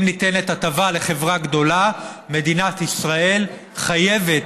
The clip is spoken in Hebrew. אם ניתנת הטבה לחברה גדולה, מדינת ישראל חייבת,